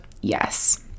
yes